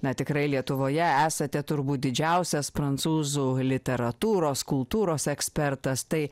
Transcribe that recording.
na tikrai lietuvoje esate turbūt didžiausias prancūzų literatūros kultūros ekspertas tai